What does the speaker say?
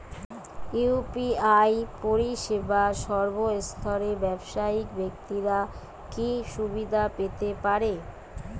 UPI পরিসেবা সর্বস্তরের ব্যাবসায়িক ব্যাক্তিরা কি সুবিধা পেতে পারে?